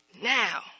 Now